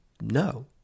No